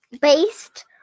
based